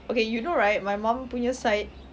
okay you know right my mum punya side